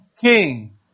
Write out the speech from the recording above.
king